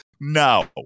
No